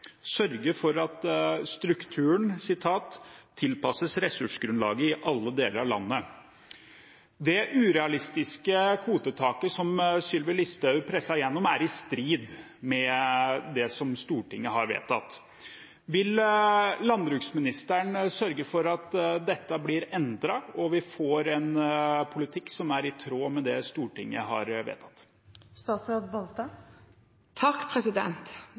sørge for at strukturen «tilpasses ressursgrunnlaget i alle deler av landet». Det urealistiske kvotetaket som Sylvi Listhaug presset igjennom, er i strid med det som Stortinget har vedtatt. Vil landbruksministeren sørge for at dette blir endret, og at vi får en politikk som er i tråd med det Stortinget har vedtatt?